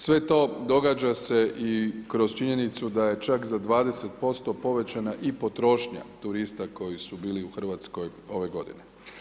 Sve to događa se i kroz činjenicu da je čak za 20% povećana i potrošnja turista koji su bili u Hrvatskoj ove godine.